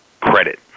credit